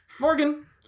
Morgan